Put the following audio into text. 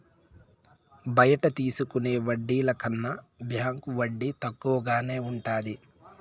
బయట తీసుకునే వడ్డీల కన్నా బ్యాంకు వడ్డీ తక్కువగానే ఉంటది